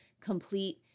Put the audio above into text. complete